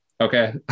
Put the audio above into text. Okay